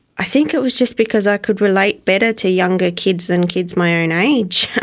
i think it was just because i could relate better to younger kids than kids my own age.